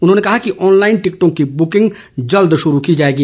उन्होंने कहा कि ऑनलाइन टिकटों की बुकिंग जल्द शुरू की जाएगी